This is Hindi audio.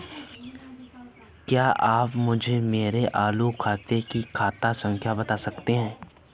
क्या आप मुझे मेरे चालू खाते की खाता संख्या बता सकते हैं?